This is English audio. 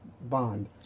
Bond